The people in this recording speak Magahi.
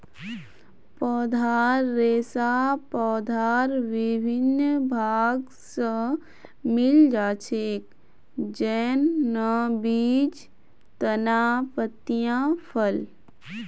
पौधार रेशा पौधार विभिन्न भाग स मिल छेक, जैन न बीज, तना, पत्तियाँ, फल